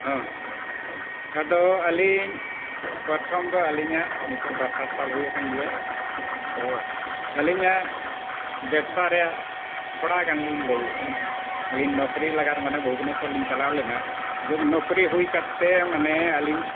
ᱦᱮᱸ ᱟᱫᱚ ᱟᱹᱞᱤᱧ ᱯᱨᱚᱛᱷᱚᱢ ᱫᱚ ᱟᱹᱞᱤᱧᱟᱜ ᱱᱤᱛᱳᱜ ᱵᱟᱨᱥᱟᱨ ᱥᱟᱞ ᱦᱩᱭ ᱟᱠᱟᱱ ᱜᱮᱭᱟ ᱛᱚ ᱟᱹᱞᱤᱧᱟᱜ ᱵᱮᱵᱽᱥᱟ ᱨᱮᱱᱟᱜ ᱛᱷᱚᱲᱟ ᱜᱟᱱ ᱞᱤᱧ ᱞᱟᱹᱭᱮᱜᱼᱟ ᱟᱹᱞᱤᱧ ᱱᱚᱠᱨᱤ ᱞᱟᱜᱟᱫ ᱢᱟᱱᱮ ᱵᱷᱩᱵᱽᱱᱮᱥᱥᱚᱨ ᱞᱤᱧ ᱪᱟᱞᱟᱣ ᱞᱮᱱᱟ ᱡᱚᱵᱽ ᱱᱚᱠᱨᱤ ᱦᱩᱭ ᱠᱟᱛᱮᱫ ᱢᱟᱱᱮ ᱟᱹᱞᱤᱧ